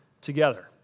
together